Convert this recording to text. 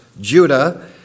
Judah